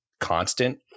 constant